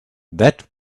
that